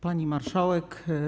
Pani Marszałek!